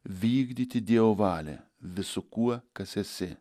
vykdyti dievo valią visu kuo kas esi